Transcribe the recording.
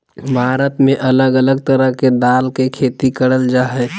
भारत में अलग अलग तरह के दाल के खेती करल जा हय